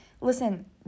listen